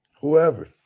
Whoever